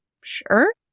sure